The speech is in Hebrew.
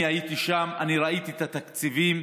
אני הייתי שם, אני ראיתי את התקציבים.